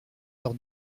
leur